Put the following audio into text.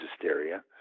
hysteria